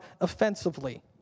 offensively